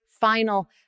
final